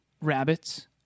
rabbits